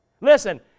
Listen